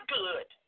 good